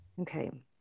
Okay